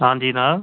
हांजी जनाब